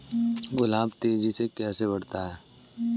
गुलाब तेजी से कैसे बढ़ता है?